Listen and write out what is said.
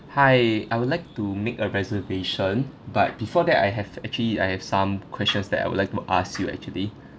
hi I would like to make a reservation but before that I have actually I have some questions that I would like to ask you actually